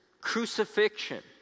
crucifixion